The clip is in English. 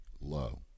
low